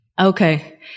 Okay